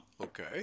Okay